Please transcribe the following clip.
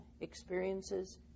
experiences